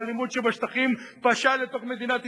האלימות שבשטחים פשו לתוך מדינת ישראל,